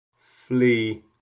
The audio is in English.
flee